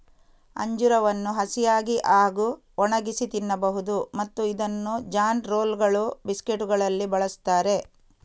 ಅಂಜೂರವನ್ನು ಹಸಿಯಾಗಿ ಹಾಗೂ ಒಣಗಿಸಿ ತಿನ್ನಬಹುದು ಮತ್ತು ಇದನ್ನು ಜಾನ್ ರೋಲ್ಗಳು, ಬಿಸ್ಕೆಟುಗಳಲ್ಲಿ ಬಳಸುತ್ತಾರೆ